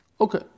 Okay